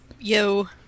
Yo